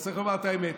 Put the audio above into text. אז צריך לומר את האמת.